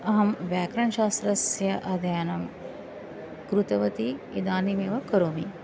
अहं व्याकरणशास्त्रस्य अध्ययनं कृतवती इदानीमेव करोमि